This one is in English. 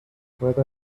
weather